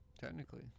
Technically